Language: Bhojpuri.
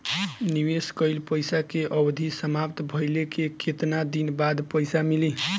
निवेश कइल पइसा के अवधि समाप्त भइले के केतना दिन बाद पइसा मिली?